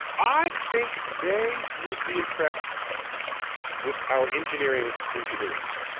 i think they would be impressed with our engineering ingenuities.